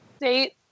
Date